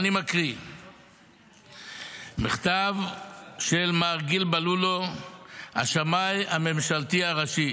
אני מקריא מכתב של מר גיל בלולו השמאי הממשלתי הראשי.